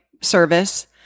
service